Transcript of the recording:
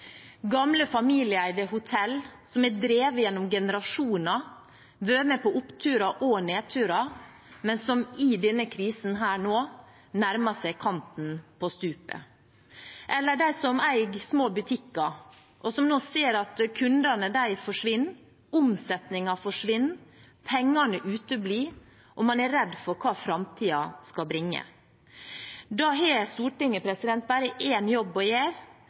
som er drevet gjennom generasjoner, som har vært med på oppturer og nedturer, men som i denne krisen nå nærmer seg kanten av stupet – eller de som eier små butikker, og som nå ser at kundene forsvinner, omsetningen forsvinner, pengene uteblir. Man er redd for hva framtiden vil bringe. Da har Stortinget bare én jobb å gjøre,